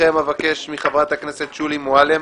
ברשותכם אבקש מחברת הכנסת שולי מועלם,